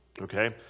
Okay